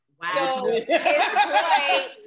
Wow